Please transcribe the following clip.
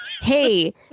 hey